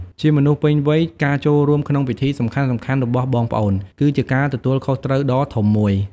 ជាមនុស្សពេញវ័យ ការចូលរួមក្នុងពិធីសំខាន់ៗរបស់បងប្អូន គឺជាការទទួលខុសត្រូវដ៏ធំមួយ។